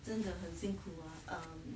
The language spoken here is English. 真的很辛苦 ah um